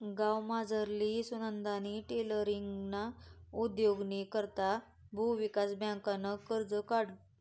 गावमझारली सुनंदानी टेलरींगना उद्योगनी करता भुविकास बँकनं कर्ज काढं